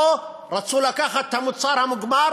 פה רצו לקחת את המוצר המוגמר